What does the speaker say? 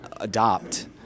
adopt